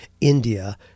India